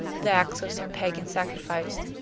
the ax of some pagan sacrifice.